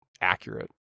accurate